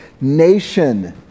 nation